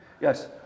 Yes